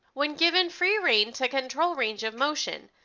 when given free rein to control range of motion,